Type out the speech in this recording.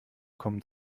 kommen